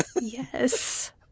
Yes